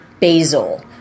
basil